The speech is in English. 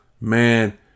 man